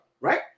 right